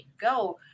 go